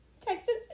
Texas